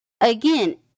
Again